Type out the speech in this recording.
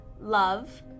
love